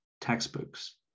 textbooks